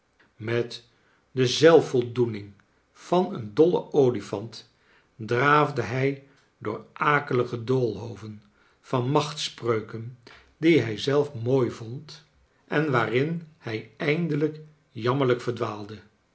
met de zelfvoldoening van een dollen olifant draafde hij door akel ige doolhoven van macht spreuken die hij zelf mooi vond en waarin hij eindelijk jammerlijk verdwaalde